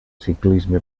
ciclisme